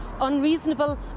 unreasonable